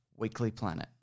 weeklyplanet